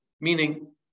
meaning